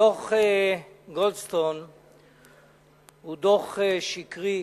דוח-גולדסטון הוא דוח שקרי,